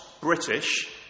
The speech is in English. British